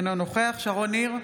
אינו נוכח שרון ניר,